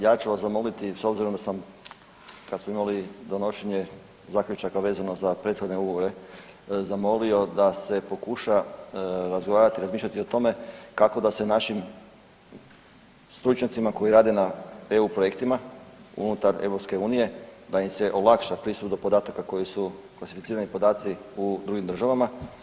Ja ću vas zamoliti s obzirom da sam kad smo imali donošenje zaključaka vezano za prethodne ugovore zamolio da se pokuša razgovarati i razmišljati o tome kako da se našim stručnjacima koji rade na EU projektima unutar EU da im se olakša pristup do podataka koji su klasificirani podaci u drugim državama.